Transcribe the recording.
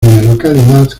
localidad